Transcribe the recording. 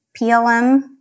PLM